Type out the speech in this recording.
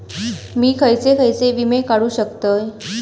मी खयचे खयचे विमे काढू शकतय?